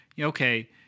okay